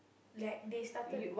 like they started